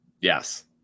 Yes